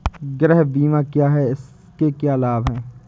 गृह बीमा क्या है इसके क्या लाभ हैं?